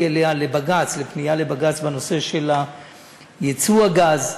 אליה לפנייה לבג"ץ בנושא של ייצוא הגז.